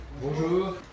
Bonjour